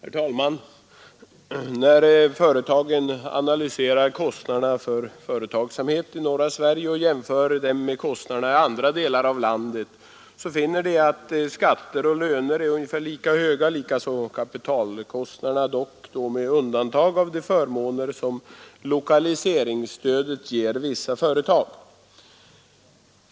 Herr talman! När företagen analyserar kostnaderna för företagsamhet i norra Sverige och jämför dem med kostnaderna i andra delar av landet finner de att skatter och löner är ungefär lika höga, likaså kapitalkostnaderna, dock med undantag av de förmåner som lokaliseringsstödet ger vissa företag.